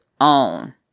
own